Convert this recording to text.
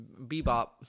Bebop